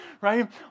right